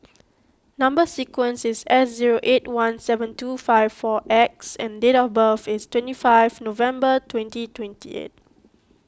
Number Sequence is S zero eight one seven two five four X and date of birth is twenty five November twenty twenty eight